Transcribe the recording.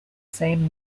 same